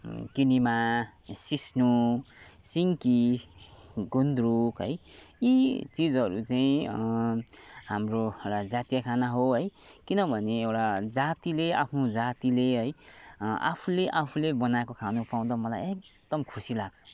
किनेमा सिस्नो सिन्की गुन्द्रुक है यी चिजहरू चाहिँ हाम्रो एउटा जातीय खाना हो है किनभने एउटा जातिले आफ्नो जातिले है आफूले आफूले बनाएको खानु पाउँदा मलाई एकदम खुसी लाग्छ